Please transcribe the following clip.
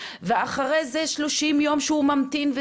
ואחרי זה 30 יום שהוא ממתין.